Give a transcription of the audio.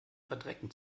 verdrecken